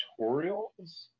tutorials